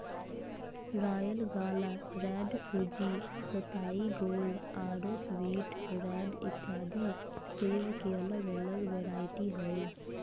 royal gala, red fuji, सताई gold आरो sweet red इत्यादि सेब के अलग अलग वैरायटी हय